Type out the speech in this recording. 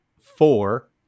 four